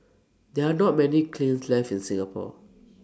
there are not many kilns left in Singapore